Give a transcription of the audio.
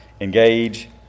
Engage